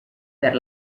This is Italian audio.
per